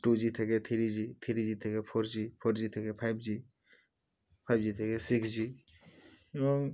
two G থেকে three G three G থেকে four G four G থেকে five G five G থেকে six G এবং